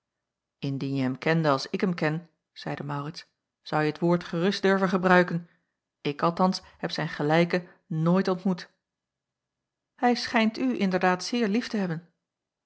indien je hem kende als ik hem ken zeide maurits zouje het woord gerust durven gebruiken ik althans heb zijn gelijke nooit ontmoet hij schijnt u inderdaad zeer lief te hebben